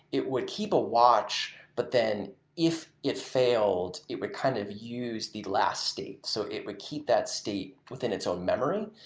it would keep a watch, but then if it failed, it would kind of use the last state, so it would keep that state within its own memory.